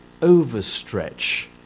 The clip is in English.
Overstretch